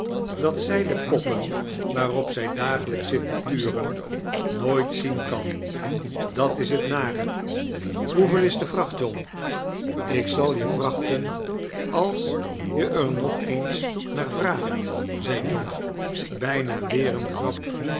dat zij de poppen waarop zij dagelijks zit te turen nooit zien kan dat is het nare hoeveel is de vracht john ik zal je vrachten als je er nog eens naar vraagt zei john bijna weer eene grap